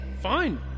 Fine